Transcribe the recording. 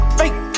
fake